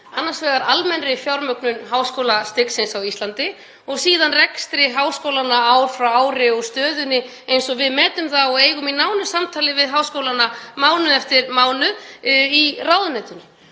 annars vegar almennri fjármögnun háskólastigsins á Íslandi og síðan rekstri háskólanna ár frá ári og stöðunni eins og við metum hana og eigum í nánu samtali við háskólana um mánuð eftir mánuð í ráðuneytinu.